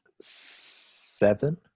seven